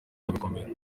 rugakomera